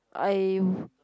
I